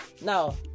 Now